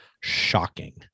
shocking